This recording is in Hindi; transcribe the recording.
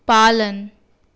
पालन